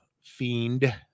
fiend